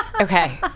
Okay